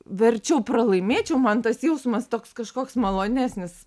verčiau pralaimėčiau man tas jausmas toks kažkoks malonesnis